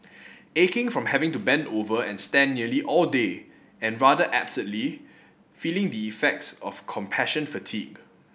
aching from having to bend over and stand nearly all day and rather absurdly feeling the effects of compassion fatigue